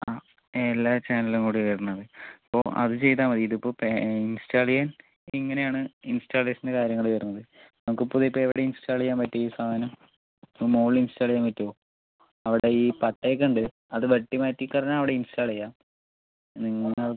ആ എല്ലാ ചാനലും കൂടി വരുന്നത് അപ്പോൾ അത് ചെയ്താൽ മതി ഇത് ഇപ്പോൾ ഇൻസ്റ്റാള് ചെയ്യാൻ ഇങ്ങനെ ആണ് ഇൻസ്റ്റാളേഷന് കാര്യങ്ങള് വരുന്നത് നമുക്ക് ഇപ്പം ഇത് ഇപ്പം എവിടെ ഇൻസ്റ്റാള് ചെയ്യാൻ പറ്റും ഈ സാധനം അപ്പം മുകളില് ഇൻസ്റ്റാള് ചെയ്യാൻ പറ്റുമോ അവിടെ ഈ പട്ടയൊക്കെ ഉണ്ട് അത് വെട്ടി മാറ്റി കളഞ്ഞാൽ അവിടെ ഇൻസ്റ്റാള് ചെയ്യാം നിങ്ങള്